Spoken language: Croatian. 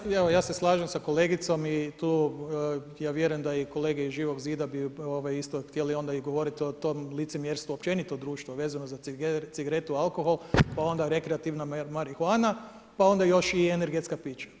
Ma ja se, evo ja se slažem sa kolegicom i tu ja vjerujem da i kolege iz Živog zida bi isto htjeli onda govoriti o tom licemjerstvu općenito u društvu a vezano za cigaretu i alkohol pa onda rekreativno marihuana pa onda još i energetska pića.